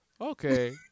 okay